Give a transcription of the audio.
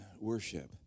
worship